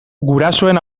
gurasoen